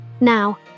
Now